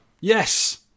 Yes